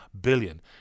billion